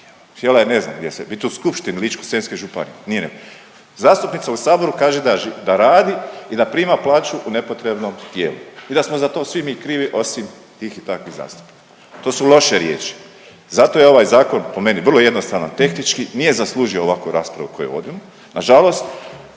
Htjela je, ne znam gdje sve bit, u skupštini Ličko-senjske županije, nije .../nerazumljivo/... zastupnica u Saboru kaže .../nerazumljivo/... da radi i da prima plaću u nepotrebnom tijelu i da smo za to svi mi krivi osim tih i takvih zastupnika. To su loše riječi. Zato je ovaj Zakon po meni vrlo jednostavan tehnički, nije zaslužio ovakvu raspravu koju vodimo, nažalost,